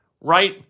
right